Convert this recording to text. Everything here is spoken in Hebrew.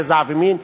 גזע ומין,